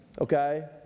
okay